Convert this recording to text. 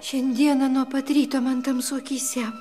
šiandieną nuo pat ryto man tamsu akyse